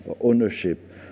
ownership